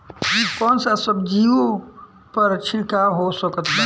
कौन सा सब्जियों पर छिड़काव हो सकत बा?